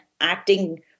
acting